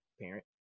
parent